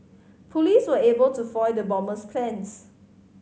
police were able to foil the bomber's plans